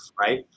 right